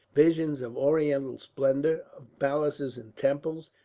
visions of oriental splendour, of palaces and temples,